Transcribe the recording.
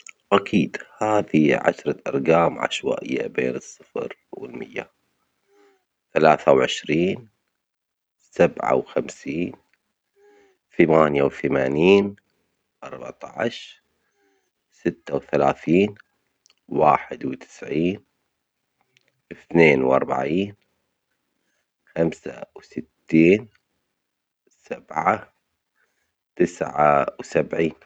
أكيد هاذي عشرة أرجام عشوائية بين الصفر و المية، ثلاثة وعشرين، سبعة وخمسين، ثمانية وثمانين، أربعتاش، ستة وثلاثين، واحد وتسعين، اثنان واربعين، خمسة وستين، سبعة، تسعة وسبعين.